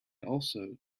also